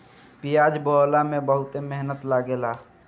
पियाज बोअला में बहुते मेहनत लागेला